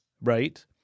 right